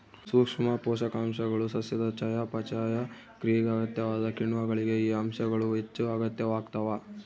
ಸೂಕ್ಷ್ಮ ಪೋಷಕಾಂಶಗಳು ಸಸ್ಯದ ಚಯಾಪಚಯ ಕ್ರಿಯೆಗೆ ಅಗತ್ಯವಾದ ಕಿಣ್ವಗಳಿಗೆ ಈ ಅಂಶಗಳು ಹೆಚ್ಚುಅಗತ್ಯವಾಗ್ತಾವ